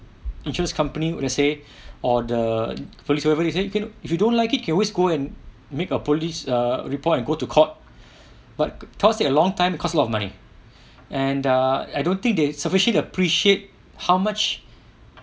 insurance company let's say or the for whatever you say feel if you don't like it can always go and make a police uh report and go to court but court take a long time because a lot of money and err I don't think they sufficient appreciate how much